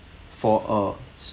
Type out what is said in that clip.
for a